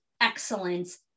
excellence